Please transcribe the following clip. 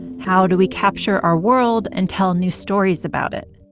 how do we capture our world and tell new stories about it?